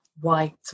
white